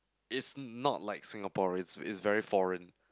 it's not like Singapore it's very foreign